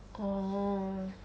oh